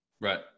Right